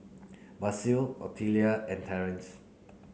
Basil Otelia and Terrance